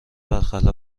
برخلاف